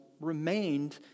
remained